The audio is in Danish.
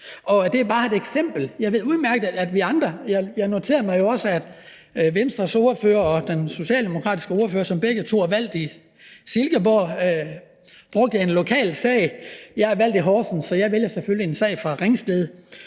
Det er bare et eksempel. Jeg noterede mig jo også, at Venstres ordfører og den socialdemokratiske ordfører, som begge to er valgt i Silkeborg, brugte en lokal sag. Jeg er valgt i Horsens, så jeg vælger selvfølgelig en sag fra Ringsted,